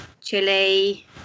chili